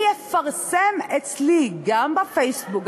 אני אפרסם אצלי גם בפייסבוק,